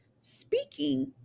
speaking